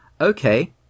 okay